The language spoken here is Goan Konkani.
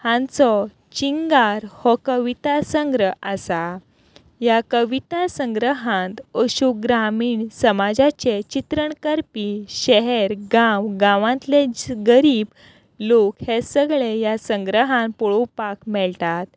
हांचो चिंगार हो कविता संग्रह आसा ह्या कविता संग्रहांत अश्यो ग्रामीण समाजाचें चित्रण करपी शहर गांव गांवांतले गरीब लोक हे सगळे ह्या संग्रहान पळोवपाक मेळटात